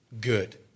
Good